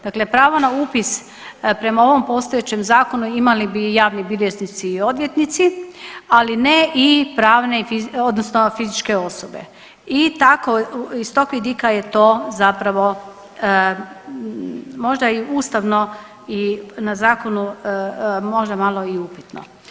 Dakle pravo na upis prema ovom postojećem zakonu imali bi javni bilježnici i odvjetnici, ali ne i pravne odnosno fizičke osobe i tako iz tog vidika je to zapravo možda i ustavno i na zakonu možda malo i upitno.